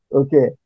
okay